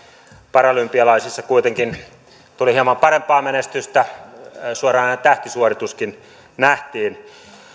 paralympialaisissa kuitenkin tuli hieman parempaa menestystä suoranainen tähtisuorituskin nähtiin